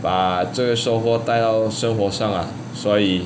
把这个收获带到生活上啊所以